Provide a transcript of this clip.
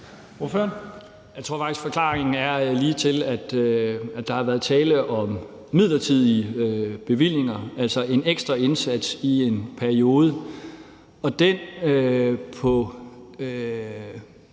Jeg tror faktisk, forklaringen er ligetil, nemlig at der har været tale om midlertidige bevillinger, altså en ekstra indsats i en periode.